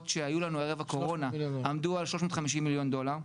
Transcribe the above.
שהיו לנו ערב הקורונה עמדו על 350 מיליון דולר.